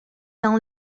dans